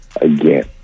again